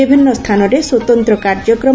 ବିଭିନ୍ନ ସ୍ଥାନରେ ସ୍ୱତନ୍ଦ୍ କାର୍ଯ୍ୟକ୍ରମ